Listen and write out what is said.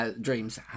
dreams